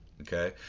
okay